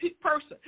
person